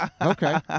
Okay